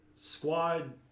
Squad